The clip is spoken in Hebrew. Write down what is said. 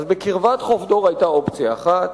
בקרבת חוף דור היתה אופציה אחת,